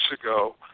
ago